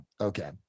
okay